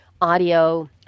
audio